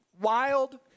wild